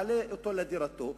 היה מעלה אותו לדירתו,